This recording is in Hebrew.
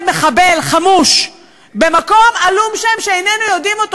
מחבל חמוש במקום עלום שאיננו יודעים מהו,